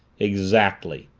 exactly,